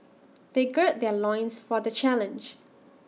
they gird their loins for the challenge